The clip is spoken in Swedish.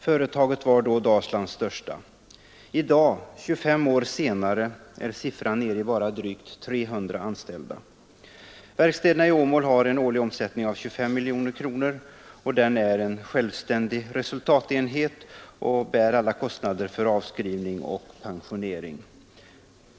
Företaget var då Dalslands största. I dag, 25 år senare, är siffran nere i bara drygt 300 anställda. Verkstäderna i Åmål har en årlig omsättning av 25 miljoner kronor och de är en självständig resultatenhet som bär alla kostnader för avskrivning och pensionering.